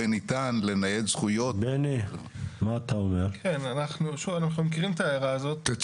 בבית שאן לצורך העניין הצעת החוק הזאת לא רלוונטית,